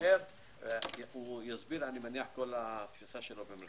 אני מניח ששי פלבר מהסוכנות היהודית יסביר את תפיסתו בעניין.